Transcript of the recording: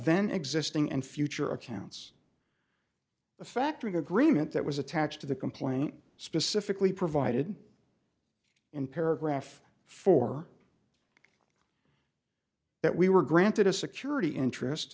vent existing and future accounts the factory agreement that was attached to the complaint specifically provided in paragraph four that we were granted a security interest